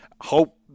Hope